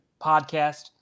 podcast